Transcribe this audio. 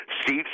Steve